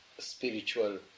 Spiritual